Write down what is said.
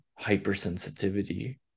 hypersensitivity